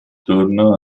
tornò